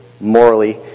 morally